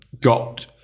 got